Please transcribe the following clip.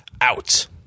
out